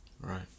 Right